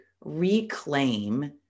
reclaim